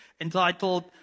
entitled